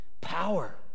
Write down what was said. Power